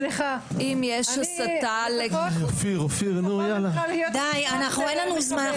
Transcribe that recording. סליחה, שאלתי שאלה --- די, אין לנו זמן.